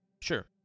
Sure